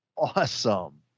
Awesome